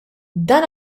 dan